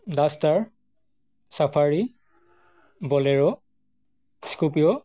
duster safari bolero scorpio